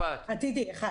עתידי.